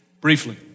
briefly